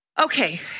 Okay